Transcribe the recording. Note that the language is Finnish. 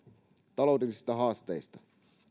taloudellisia haasteita